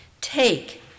Take